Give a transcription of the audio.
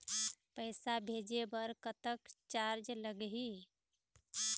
पैसा भेजे बर कतक चार्ज लगही?